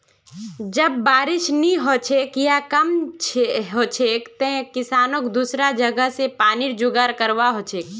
जब बारिश नी हछेक या कम हछेक तंए किसानक दुसरा जगह स पानीर जुगाड़ करवा हछेक